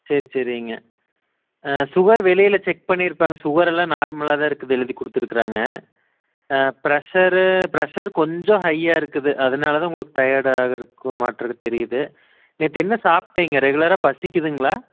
சரி சரிங்க சுகர் வெளியில் செக் பண்ணியிருப்பாங்க சுகர் எல்லாம் நார்மலாக தான் இருக்குது எழுதி குடுத்துருக்கிறாங்க ப்ரெஷரு ப்ரெஷர் கொஞ்சம் ஹையாக இருக்குது அதனால தான் உங்களுக்கு டயர்ட் ஆகுறதுக்கு மாரு தெரியுது நேற்று என்ன சாப்பிட்டீங்க ரெகுலராக பசிக்குதுங்களா